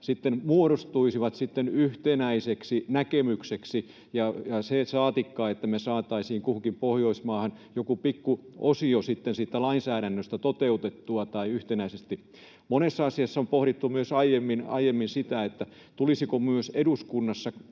muodostuisivat yhtenäiseksi näkemykseksi, saatikka, että me saataisiin kuhunkin Pohjoismaahan joku pikku osio siitä lainsäädännöstä toteutettua yhtenäisesti. Monessa asiassa on pohdittu aiemmin myös sitä, tulisiko eduskunnassa